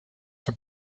for